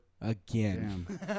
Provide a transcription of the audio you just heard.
again